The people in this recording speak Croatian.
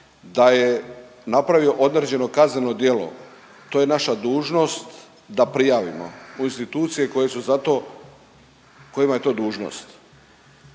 da je napravio određeno kazneno djelo to je naša dužnost da prijavimo u institucije koje su za to,